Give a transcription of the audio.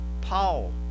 Paul